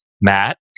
Matt